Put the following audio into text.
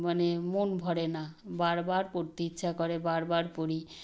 মানে মন ভরে না বারবার পড়তে ইচ্ছা করে বারবার পড়ি